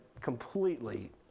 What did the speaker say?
completely